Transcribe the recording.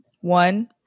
one